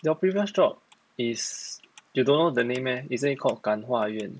the previous job is you don't know the name meh isn't it call 感化院